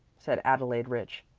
said adelaide rich.